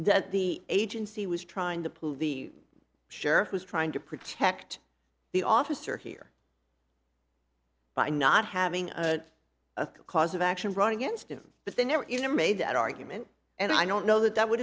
that the agency was trying to pull the sheriff was trying to protect the officer here by not having a cause of action running against him but they never made that argument and i don't know that that would